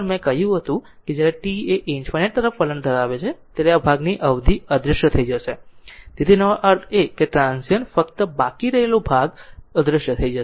મેં કહ્યું છે જ્યારે t એ ∞ તરફ વલણ ધરાવે છે ત્યારે આ ભાગની અવધિ અદૃશ્ય થઈ જશે તેથી તેનો અર્થ એ છે કે ટ્રાન્ઝીયન્ટ ફક્ત બાકી રહેલો ભાગ અદૃશ્ય થઈ જશે